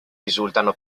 risultano